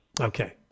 Okay